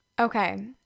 Okay